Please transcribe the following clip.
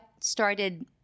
started